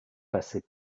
passés